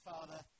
Father